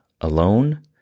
alone